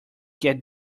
get